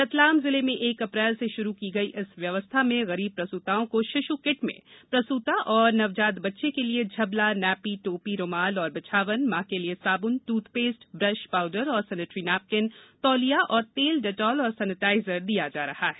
रतलाम जिले में एक अप्रैल से श्रू की गई इस व्यवस्था में गरीब प्रसूताओं को शिश् किट में प्रसूता और नवजात बच्चे के लिए झबला नैपी टोपी रूमाल एवं बिछावन माँ के लिए साब्न ट्रथपेस्ट ब्रश पाउडर एवं सेनेटरी नेपकिन तौलिया और तेल डेटॉल और सेनीटाइजर दिया जा रहा है